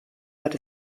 hat